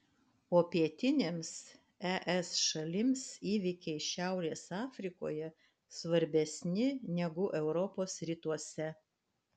o pietinėms es šalims įvykiai šiaurės afrikoje svarbesni negu europos rytuose